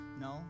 No